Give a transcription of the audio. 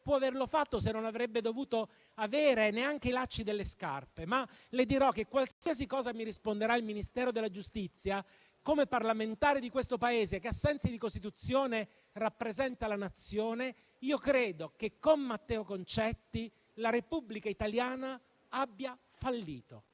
può averlo fatto se non avrebbe dovuto avere neanche i lacci delle scarpe, ma le dirò che qualsiasi cosa mi risponderà il Ministero della giustizia, come parlamentare di questo Paese che ai sensi della Costituzione rappresenta la Nazione, credo che con Matteo Concetti la Repubblica italiana abbia fallito.